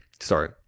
sorry –